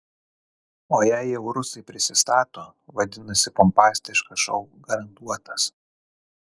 o jei jau rusai prisistato vadinasi pompastiškas šou garantuotas